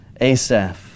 Asaph